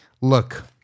look